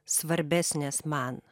svarbesnės man